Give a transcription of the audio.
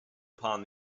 upon